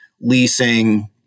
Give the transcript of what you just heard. leasing